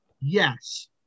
Yes